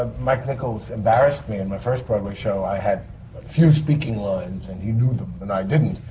ah mike nichols embarrassed me in my first broadway show. i had a few speaking lines. and he knew them and i didn't.